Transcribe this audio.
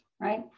right